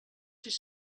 sis